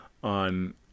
on